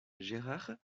gérard